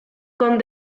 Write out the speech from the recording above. con